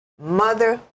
mother